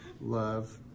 love